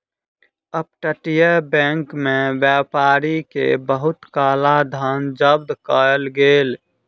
up तटीय bank में व्यापारी के बहुत काला धन जब्त कएल गेल